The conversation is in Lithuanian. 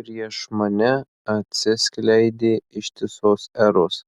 prieš mane atsiskleidė ištisos eros